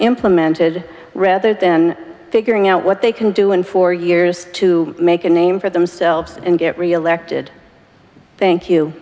implemented rather than figuring out what they can do in four years to make a name for themselves and get reelected thank you